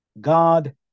God